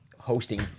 hosting